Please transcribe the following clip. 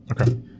Okay